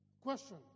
Question